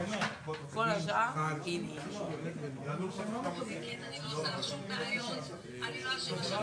אני רוצה דו"ח מתכלל,